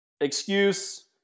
excuse